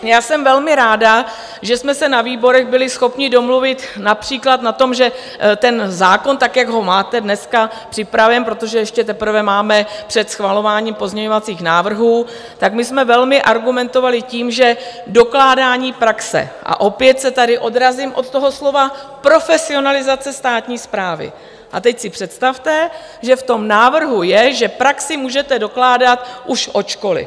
Já jsem velmi ráda, že jsme se na výborech byli schopni domluvit například na tom, že ten zákon tak, jak ho máte dneska připraven, protože ještě teprve máme před schvalováním pozměňovacích návrhů, tak my jsme velmi argumentovali tím, že dokládání praxe a opět se tady odrazím od toho slova profesionalizace státní správy a teď si představte, že v tom návrhu je, že praxi můžete dokládat už od školy.